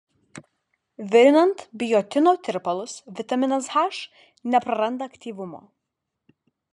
virinant biotino tirpalus vitaminas h nepraranda aktyvumo